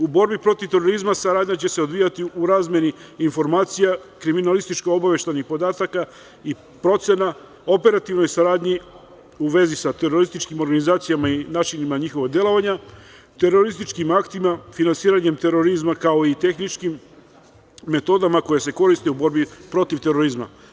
U borbi protiv terorizma saradnja će se odvijati u razmeni informacija kriminalističko-obaveštajnih podatka i procena operativnoj saradnji u vezi sa terorističkim organizacijama i načinima njihovog delovanja, terorističkim aktima, finansiranjem terorizma kao tehničkim metodama koje se koriste u borbi protiv terorizma.